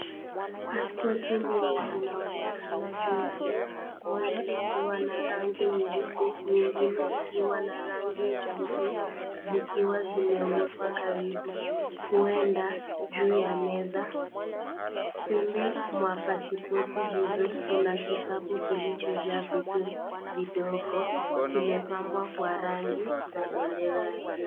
Pasipoti mbili zinaonekana juu ya meza, moja ikiwa Na rangi nyeusi na ingine ikiwa na rangi ya blue ,zikiwa zimewekwa Karibu, huenda juu ya meza Pembe mwa pasipoti hizo, kuna kikapu kilicho jaa vitu vidogo ,kimepambwa Kwa rangi za bendera ya Kenya.